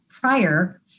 prior